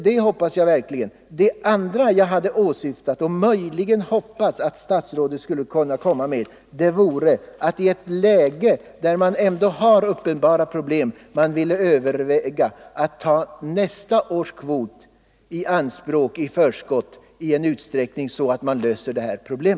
Det andra jag hade åsyftat med min fråga och möjligen hoppats att statsrådet skulle kunna ge besked om var om man i ett läge där man ändå har uppenbara problem skulle kunna överväga att ta en del av nästa års kvot i anspråk i förskott i den utsträckning det behövs för att lösa dessa problem.